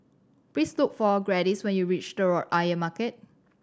please look for Gladys when you reach Telok Ayer Market